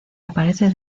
aparece